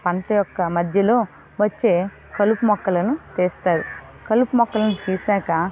పంట ఒక్క మధ్యలో వచ్చే కలుపు మొక్కలను తీస్తారు కలుపు మొక్కలను తీసాక